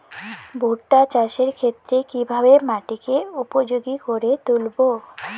ভুট্টা চাষের ক্ষেত্রে কিভাবে মাটিকে উপযোগী করে তুলবো?